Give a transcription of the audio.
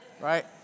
right